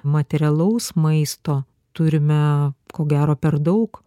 materialaus maisto turime ko gero per daug